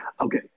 Okay